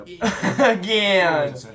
Again